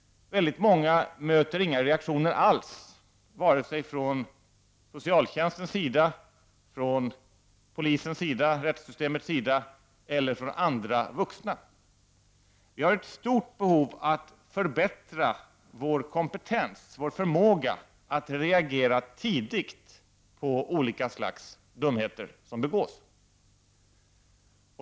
Väldigt många ungdomar möter ingen reaktion alls från socialtjänsten, polisen, rättssystemet eller från andra vuxna. Vi har ett stort behov av att förbättra vår kompetens och vår förmåga att reagera tidigt på olika slags dumheter som begås.